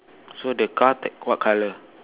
so the car take what colour